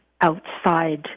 outside